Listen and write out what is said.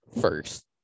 first